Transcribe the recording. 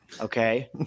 okay